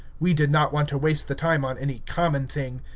we did not want to waste the time on any common thing.